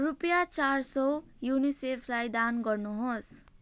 रुपियाँ चार सय युनिसेफलाई दान गर्नुहोस्